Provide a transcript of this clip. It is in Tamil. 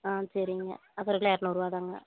ஆ சரிங்க அது ஒரு கிலோ இரநூறுவா தாங்க